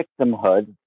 victimhood